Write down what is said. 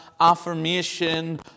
affirmation